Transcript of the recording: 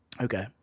Okay